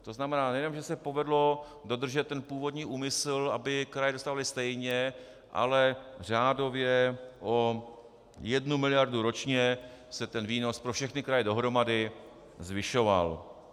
To znamená nejenom, že se povedlo dodržet původní úmysl, aby kraje dostávaly stejně, ale řádově o 1 mld. ročně se výnos pro všechny kraje dohromady zvyšoval.